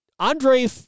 Andre